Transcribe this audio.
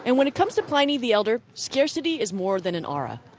and when it comes to pliny the elder, scarcity is more than an aura.